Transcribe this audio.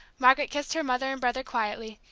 margaret kissed her mother and brother quietly,